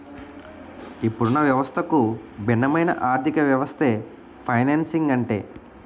ఇప్పుడున్న వ్యవస్థకు భిన్నమైన ఆర్థికవ్యవస్థే ఫైనాన్సింగ్ అంటే